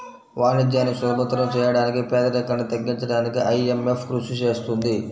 వాణిజ్యాన్ని సులభతరం చేయడానికి పేదరికాన్ని తగ్గించడానికీ ఐఎంఎఫ్ కృషి చేస్తుంది